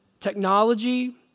technology